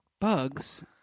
bugs